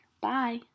Bye